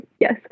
yes